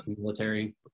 military